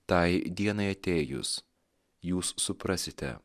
tai dienai atėjus jūs suprasite